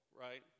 right